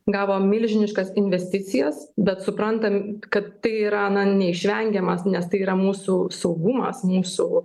gavo milžiniškas investicijas bet suprantam kad tai yra neišvengiamas nes tai yra mūsų saugumas mūsų